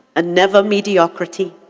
ah never mediocrity.